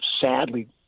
sadly